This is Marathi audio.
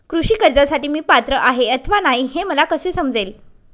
कृषी कर्जासाठी मी पात्र आहे अथवा नाही, हे मला कसे समजेल?